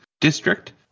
district